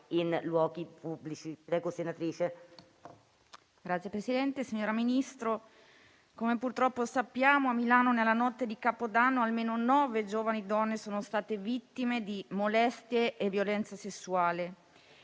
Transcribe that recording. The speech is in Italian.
Signor Presidente, signora Ministro, come purtroppo sappiamo a Milano, nella notte di Capodanno, almeno nove giovani donne sono state vittime di molestie e violenza sessuale.